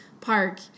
park